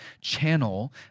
channel